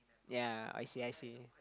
ya I see I see